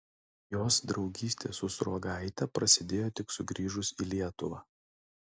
jos draugystė su sruogaite prasidėjo tik sugrįžus į lietuvą